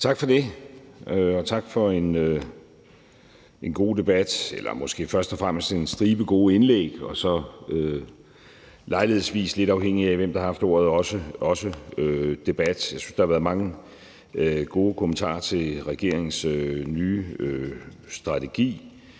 Tak for det. Og tak for en god debat eller måske først og fremmest for en stribe gode indlæg og så lejlighedsvis, lidt afhængigt af hvem der har haft ordet, også debat. Jeg synes, der har været mange gode kommentarer til regeringens nye strategi.